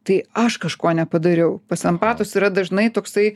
tai aš kažko nepadariau pas empatus yra dažnai toksai